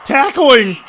Tackling